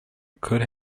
could